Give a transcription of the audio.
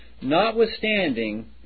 Notwithstanding